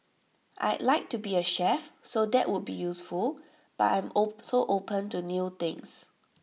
I'd like to be A chef so that would be useful but I'm so open to new things